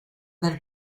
del